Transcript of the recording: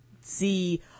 see